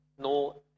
no